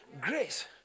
grace